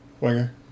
Winger